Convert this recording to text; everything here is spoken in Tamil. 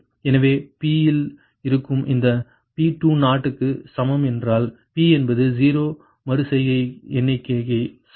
எனவே p இல் இருக்கும் இந்த P20 க்கு சமம் என்றால் p என்பது 0 மறு செய்கை எண்ணிக்கைக்கு சமம்